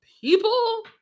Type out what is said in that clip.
people